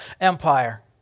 Empire